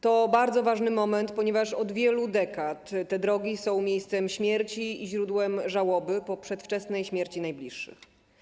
To bardzo ważny moment, ponieważ od wielu dekad te drogi są miejscem śmierci i źródłem żałoby po przedwczesnej śmierci najbliższych.